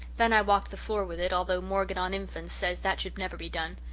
then i walked the floor with it although morgan on infants says that should never be done.